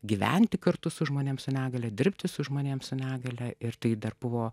gyventi kartu su žmonėms su negalia dirbti su žmonėms su negalia ir tai dar buvo